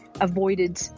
avoided